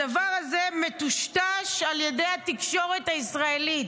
הדבר הזה מטושטש על ידי התקשורת הישראלית.